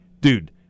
dude